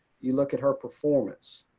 you look at her performance.